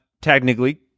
technically